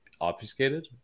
obfuscated